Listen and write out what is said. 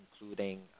including